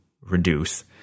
reduce